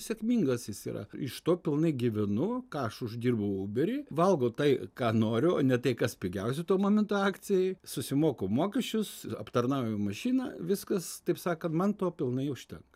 sėkmingas jis yra iš to pilnai gyvenu ką aš uždirbu uberiui valgai tai ką noriu o ne tai kas pigiausia tuo momentu akcijoj susimoku mokesčius aptarnavimo mašiną viskas taip sakant man to pilnai užtenka